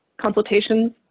consultations